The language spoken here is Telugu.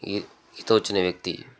ఈ ఈత వచ్చిన వ్యక్తి